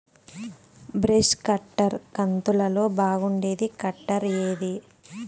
Brush cutter కంతులలో బాగుండేది cutter ఏది?